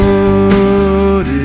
Lord